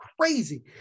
crazy